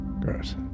Gross